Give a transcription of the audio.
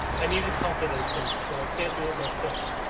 i needed help with those things cause i can't do it myself.